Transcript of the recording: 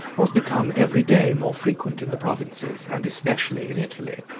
was become every day more frequent in the provinces, and especially in italy.